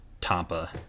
Tampa